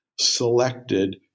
selected